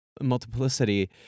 multiplicity